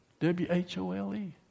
W-H-O-L-E